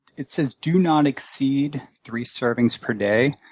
it says do not exceed three servings per day,